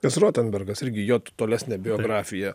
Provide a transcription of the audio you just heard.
tas rotenbergas irgi jo tolesnė biografija